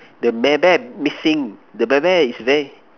the bear bear missing the bear bear is where